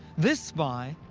this spy,